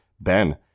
Ben